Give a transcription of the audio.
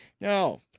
No